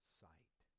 sight